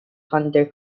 hunter